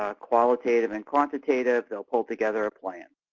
ah qualitative and quantitative, they'll pull together a plan.